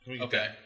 okay